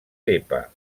pepa